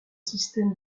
système